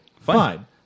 Fine